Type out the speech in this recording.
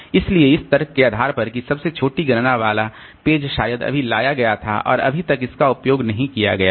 इसलिए इस तर्क के आधार पर कि सबसे छोटी गणना वाला पेज शायद अभी लाया गया था और अभी तक इसका उपयोग नहीं किया गया है